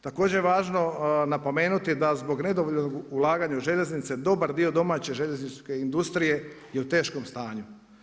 Također važno napomenuti da zbog nedovoljno ulaganja u željeznice, dobar dio domaće željezničke industrije je u teškom stanju.